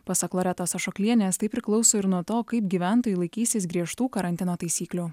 pasak loretos ašoklienės tai priklauso ir nuo to kaip gyventojai laikysis griežtų karantino taisyklių